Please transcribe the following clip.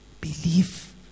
believe